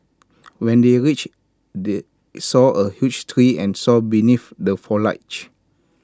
when they reached they saw A huge tree and sat beneath the foliage